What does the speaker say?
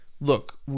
look